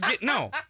No